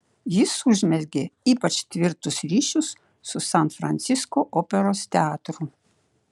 jis užmezgė ypač tvirtus ryšius su san francisko operos teatru